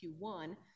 q1